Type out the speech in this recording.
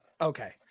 Okay